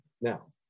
Now